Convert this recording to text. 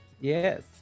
Yes